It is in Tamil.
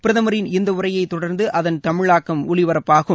பிரதமரின் இந்த உரையை தொடர்ந்து அதன் தமிழாக்கம் ஒலிப்பரப்பாகும்